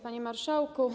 Panie Marszałku!